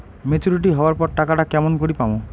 Maturity হবার পর টাকাটা কেমন করি পামু?